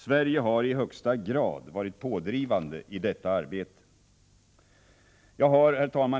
Sverige har i högsta grad varit pådrivande i detta arbete. Herr talman!